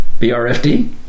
BRFD